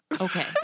Okay